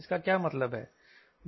इसका क्या मतलब है